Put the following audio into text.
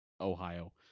Ohio